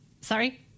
sorry